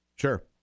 Sure